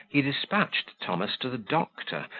he despatched thomas to the doctor,